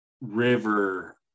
river